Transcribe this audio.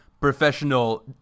professional